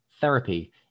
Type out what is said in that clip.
therapy